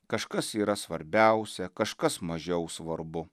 kažkas yra svarbiausia kažkas mažiau svarbu